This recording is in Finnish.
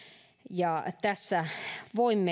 ja tässä voimme